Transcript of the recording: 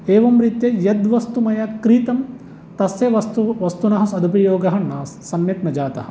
एवं रीत्या यद् वस्तु मया क्रीतं तस्य वस्तु वस्तुनः सदुपयोगः न सम्यक् न जातः